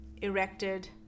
erected